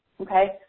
okay